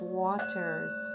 waters